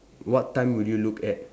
what time will you look at